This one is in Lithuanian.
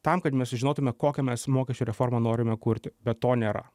tam kad mes sužinotume kokią mes mokesčių reformą norime kurti be to nėra